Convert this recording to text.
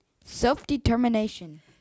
Self-determination